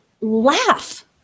laugh